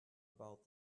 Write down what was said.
about